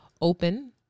open